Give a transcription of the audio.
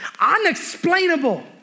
unexplainable